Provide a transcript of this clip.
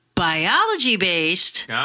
Biology-based